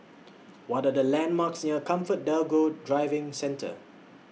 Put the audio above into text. What Are The landmarks near ComfortDelGro Driving Centre